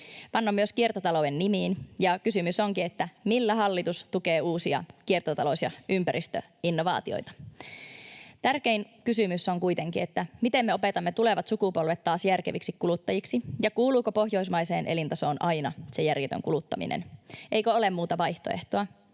Vannon myös kiertotalouden nimiin, ja kysymys onkin, millä hallitus tukee uusia kiertotalous- ja ympäristöinnovaatioita. Tärkein kysymys on kuitenkin, miten me opetamme tulevat sukupolvet taas järkeviksi kuluttajiksi, ja kuuluuko pohjoismaiseen elintasoon aina se järjetön kuluttaminen. Eikö ole muuta vaihtoehtoa?